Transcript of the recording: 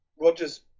Rogers